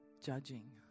judging